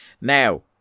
Now